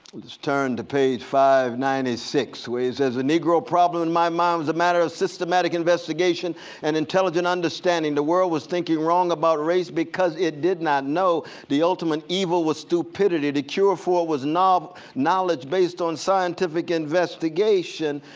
let's turn to page five ninety six where he says, the negro problem in my mind is a matter of systematic investigation and intelligent understanding. the world was thinking wrong about rare because it did not know the ultimate evil was stupidity. the cure for it was knowledge based on scientific investigation.